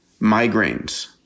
migraines